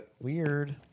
Weird